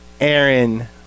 Aaron